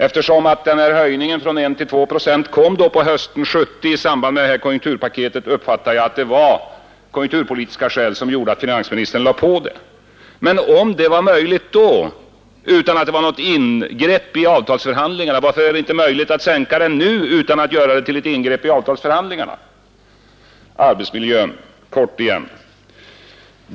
Eftersom höjningen från 1 till 2 procent kom hösten 1970 i samband med konjunkturpaketet, har jag fått den uppfattningen att det var konjunkturpolitiska förhållanden som gjorde att finansministern gjorde denna höjning. Men om det var möjligt då utan att det innebar något ingrepp i avtalsförhandlingarna, varför är det inte möjligt att nu sänka arbetsgivaravgiften utan att det blir ett ingrepp i avtalsförhandlingarna? Arbetsmiljön — återigen några ord i korthet.